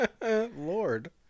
Lord